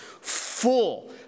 full